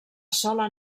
sola